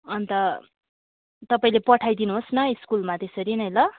अन्त तपाईँले पठाइदिनुहोस् न स्कुलमा त्यसरी नै ल